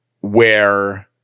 where-